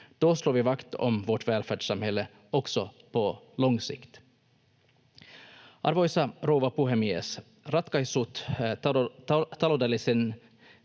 Då slår vi vakt om vårt välfärdssamhälle också på lång sikt. Arvoisa rouva puhemies! Ratkaisut taloudellisiin